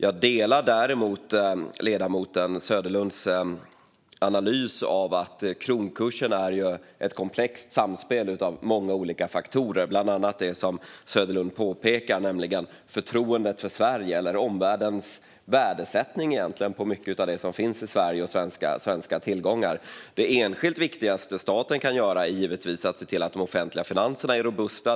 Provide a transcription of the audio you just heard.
Jag delar däremot ledamoten Söderlunds analys att kronkursen är ett komplext samspel mellan många olika faktorer, bland annat det som Söderlund påpekar, nämligen förtroendet för Sverige och omvärldens värdesättning av mycket av det som finns i Sverige och svenska tillgångar. Det enskilt viktigaste som staten kan göra är givetvis att se till att de offentliga finanserna är robusta.